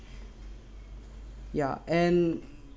ya and